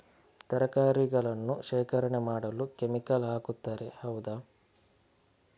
ತರಕಾರಿಗಳನ್ನು ಶೇಖರಣೆ ಮಾಡಲು ಕೆಮಿಕಲ್ ಹಾಕುತಾರೆ ಹೌದ?